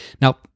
Now